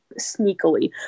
sneakily